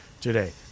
today